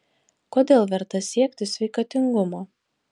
kodėl verta siekti sveikatingumo